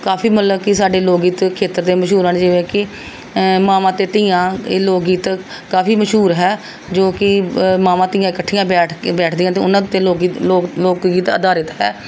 ਕਾਫ਼ੀ ਮਤਲਬ ਕਿ ਸਾਡੇ ਲੋਕ ਗੀਤ ਖੇਤਰ ਦੇ ਮਸ਼ਹੂਰ ਹਨ ਜਿਵੇਂ ਕਿ ਮਾਵਾਂ ਅਤੇ ਧੀਆਂ ਇਹ ਲੋਕ ਗੀਤ ਕਾਫ਼ੀ ਮਸ਼ਹੂਰ ਹੈ ਜੋ ਕਿ ਮਾਵਾਂ ਧੀਆਂ ਇਕੱਠੀਆਂ ਬੈਠ ਕੇ ਬੈਠਦੀਆਂ ਹਨ ਅਤੇ ਉਹਨਾਂ 'ਤੇ ਲੋਕ ਲੋਕ ਗੀਤ ਲੋਕ ਗੀਤ ਅਧਾਰਿਤ ਹੈ